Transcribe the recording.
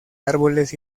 árboles